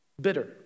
bitter